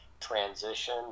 transition